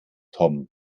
tom